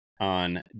on